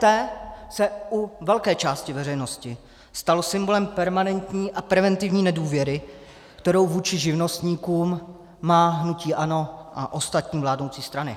EET se u velké části veřejnosti stalo symbolem permanentní a preventivní nedůvěry, kterou vůči živnostníkům má hnutí ANO a ostatní vládnoucí strany.